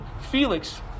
Felix